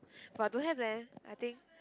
but don't have leh I think